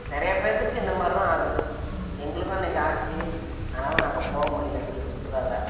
நிறைய பேர்த்துக்கு இந்த மாதிரி தான் ஆகுது எங்களுக்கும் அன்னைக்கு ஆச்சு அதனால் நாங்கள் போக முடியிலை எங்களுக்கு சுற்றுலாவில்